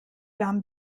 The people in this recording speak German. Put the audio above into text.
warm